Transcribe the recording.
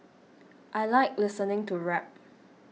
I like listening to rap